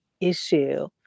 issue